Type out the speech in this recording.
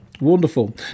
wonderful